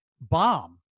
bomb